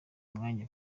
umwana